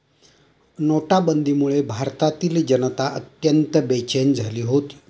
नोटाबंदीमुळे भारतातील जनता अत्यंत बेचैन झाली होती